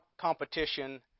competition